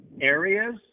areas